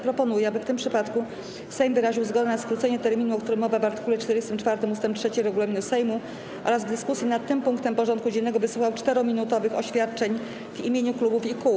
Proponuję, aby w tym przypadku Sejm wyraził zgodę na skrócenie terminu, o którym mowa w art. 44 ust. 3 regulaminu Sejmu, oraz w dyskusji nad tym punktem porządku dziennego wysłuchał 4-minutowych oświadczeń w imieniu klubów i kół.